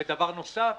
ודבר נוסף,